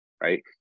right